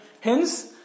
Hence